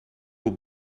will